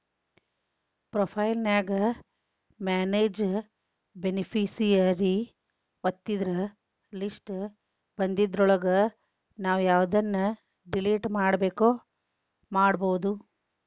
profile ನ್ಯಾಗ manage beneficiary ಒತ್ತಿದ್ರ list ಬನ್ದಿದ್ರೊಳಗ ನಾವು ಯವ್ದನ್ನ ಡಿಲಿಟ್ ಮಾಡ್ಬೆಕೋ ಮಾಡ್ಬೊದು